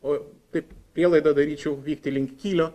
o kaip prielaidą daryčiau vykti link kylio